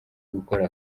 gukora